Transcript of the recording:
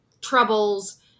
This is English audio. troubles